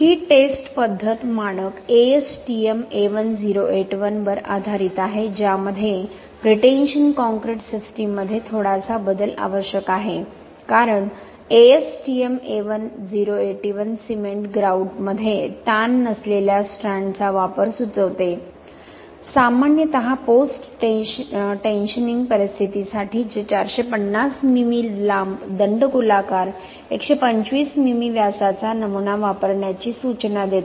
ही test पद्धत मानक ASTM A1081 वर आधारित आहे ज्यामध्ये प्रीटेन्शन कॉंक्रिट सिस्टीममध्ये थोडासा बदल आवश्यक आहे कारण ASTM A1081 सिमेंट ग्रॉउटमध्ये ताण नसलेल्या स्ट्रँडचा वापर सुचवते सामान्यत पोस्ट टेंशनिंग परिस्थितीसाठी जे 450 मिमी लांब दंडगोलाकार 125 मिमी व्यासाचा नमुना वापरण्याची सूचना देते